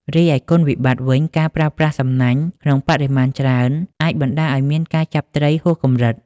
រីឯគុណវិបត្តិវិញ ការប្រើប្រាស់សំណាញ់ក្នុងបរិមាណច្រើនអាចបណ្តាលឲ្យមានការចាប់ត្រីហួសកម្រិត។